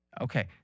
Okay